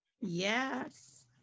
Yes